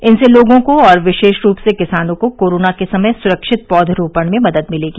इनसे लोगों और विशेष रूप से किसानों को कोरोना के समय सुरक्षित पौधरोपण में मदद मिलेगी